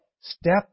step